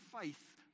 faith